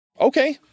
okay